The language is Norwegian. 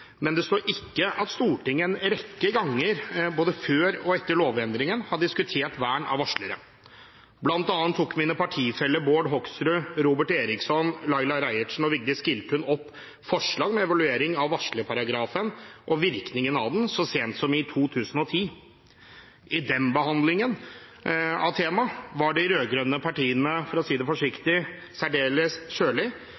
men det står ikke at Stortinget en rekke ganger, både før og etter lovendringen, har diskutert vern av varslere. Blant annet tok mine partifeller Bård Hoksrud, Robert Eriksson, Laila Marie Reiertsen og Vigdis Giltun opp forslag om evaluering av varslerparagrafen og virkningen av den så sent som i 2010. I den behandlingen av temaet var de rød-grønne partiene – for å si det